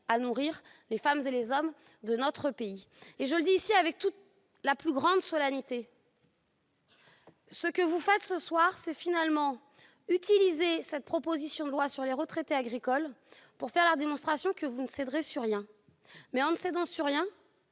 nourrir les femmes et les hommes de notre pays. Je le dis ici avec la plus grande solennité, ce que vous faites ce soir, finalement, c'est utiliser cette proposition de loi sur les retraites agricoles pour faire la démonstration que vous ne céderez sur rien. Mais en ne cédant sur rien,